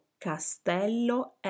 castello